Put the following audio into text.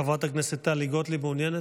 חברת הכנסת טלי גוטליב, מעוניינת?